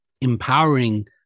empowering